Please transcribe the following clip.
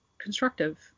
constructive